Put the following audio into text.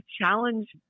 challenge